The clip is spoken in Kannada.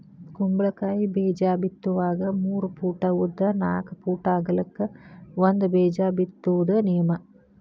ಕುಂಬಳಕಾಯಿ ಬೇಜಾ ಬಿತ್ತುವಾಗ ಮೂರ ಪೂಟ್ ಉದ್ದ ನಾಕ್ ಪೂಟ್ ಅಗಲಕ್ಕ ಒಂದ ಬೇಜಾ ಬಿತ್ತುದ ನಿಯಮ